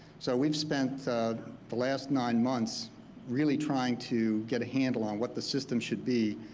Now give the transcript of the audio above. so we've spent the last nine months really trying to get a handle on what the system should be,